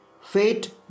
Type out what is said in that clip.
Fate